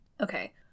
Okay